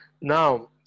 Now